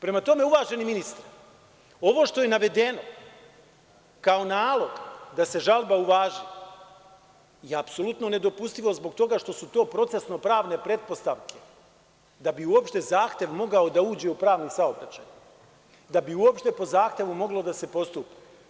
Prema tome, uvaženi ministre, ovo što je navedeno kao nalog da se žalba uvaži je apsolutno nedopustivo zbog toga što su to procesno pravne pretpostavke da bi uopšte zahtev mogao da uđe u pravni saobraćaj, da bi uopšte po zahtevu moglo da se postupa.